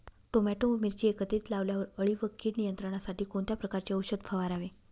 Tomato व मिरची एकत्रित लावल्यावर अळी व कीड नियंत्रणासाठी कोणत्या प्रकारचे औषध फवारावे?